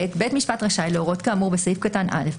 (ב) בית משפט רשאי להורות כאמור בסעיף קטן (א)